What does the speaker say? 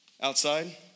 outside